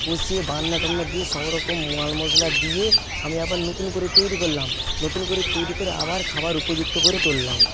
কষে বান্নাটান্না দিয়ে সবরকম মালমশলা দিয়ে আমি আবার নতুন করে তৈরি করলাম নতুন করে তৈরি করে আবার খাবার উপযুক্ত করে তুললাম